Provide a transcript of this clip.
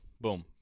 Boom